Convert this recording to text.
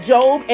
Job